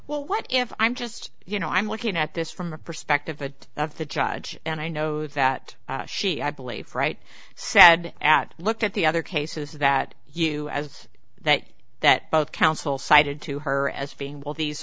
well what if i'm just you know i'm looking at this from a perspective of the judge and i know that she i believe right said at looked at the other cases that you as that that both counsel cited to her as being well these